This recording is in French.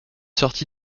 sorti